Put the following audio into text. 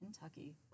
Kentucky